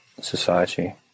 society